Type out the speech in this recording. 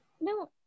No